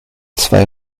zwei